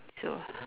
so